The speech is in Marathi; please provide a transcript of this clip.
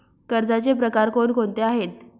कर्जाचे प्रकार कोणकोणते आहेत?